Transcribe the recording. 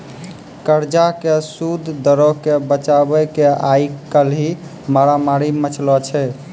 कर्जा के सूद दरो के बचाबै के आइ काल्हि मारामारी मचलो छै